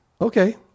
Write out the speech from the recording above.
okay